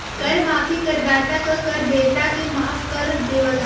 कर माफी करदाता क कर देयता के माफ कर देवला